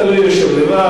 לא, לא, אתה לא יושב לבד.